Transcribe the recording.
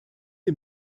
wie